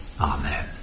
Amen